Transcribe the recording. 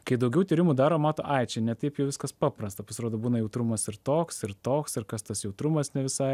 kai daugiau tyrimų daro mato ai čia ne taip jau viskas paprasta pasirodo būna jautrumas ir toks ir toks ir kas tas jautrumas ne visai